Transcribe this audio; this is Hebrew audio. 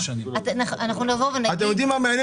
אתם יודעים מה מעניין?